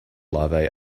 larvae